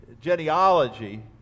genealogy